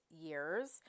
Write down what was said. years